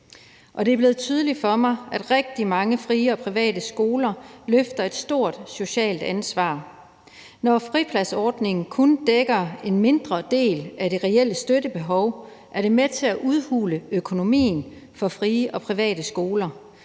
det er blevet tydeligt for mig, at rigtig mange frie og private skoler løfter et stort socialt ansvar. Når fripladsordningen kun dækker en mindre del af det reelle støttebehov, er det med til at udhule økonomien for frie og private skoler.